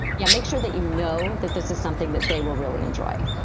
yeah. make sure that you know that this is something that they will really enjoy